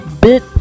bit